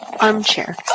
Armchair